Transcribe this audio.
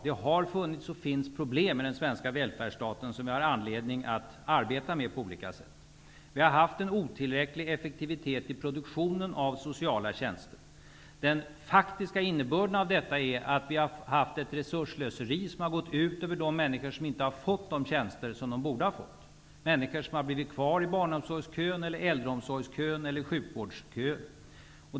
Det har funnits och finns problem med den svenska välfärdsstaten som vi har anledning att arbeta med på olika sätt. Vi har haft en otillräcklig effektivitet i produk tionen av sociala tjänster. Den faktiska innebör den av detta är att vi har haft ett resursslöseri som gått ut över de människor som inte har fått de tjänster som de borde ha fått -- människor som bli vit kvar i barnomsorgskön eller äldreomsorgskön eller sjukvårdskön.